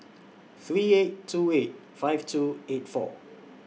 three eight two eight five two four eight